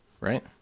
Right